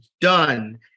done